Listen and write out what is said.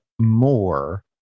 more